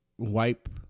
Wipe